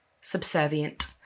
subservient